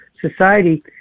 society